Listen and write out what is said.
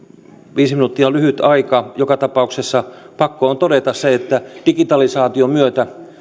viisi minuuttia on lyhyt aika joka tapauksessa pakko on todeta se että digitalisaation myötä